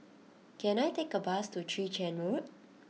can I take a bus to Chwee Chian Road